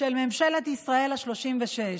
של ממשלת ישראל השלושים-ושש.